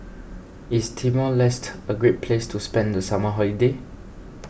is Timor Leste a great place to spend the summer holiday